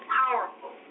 powerful